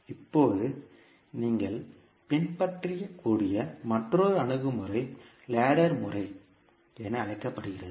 இப்போது நீங்கள் பின்பற்றக்கூடிய மற்றொரு அணுகுமுறை லேடர்முறை என அழைக்கப்படுகிறது